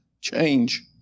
change